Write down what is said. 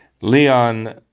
Leon